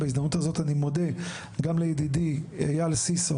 בהזדמנות זו אני מודה גם לידידי אייל סיסו